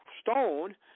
stone